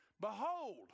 Behold